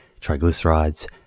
triglycerides